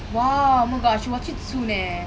!wow! oh my gosh I should watch it soon leh